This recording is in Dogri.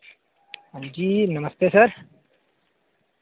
हांजी नमस्ते सर